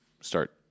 start